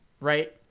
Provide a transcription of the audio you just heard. right